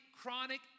chronic